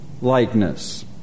likeness